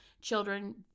children